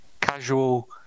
casual